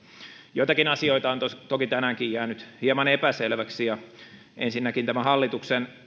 joitakin asioita on toki tänäänkin jäänyt hieman epäselväksi ensinnäkin tämä hallituksen